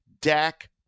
Dak